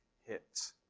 hit